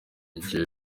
igihe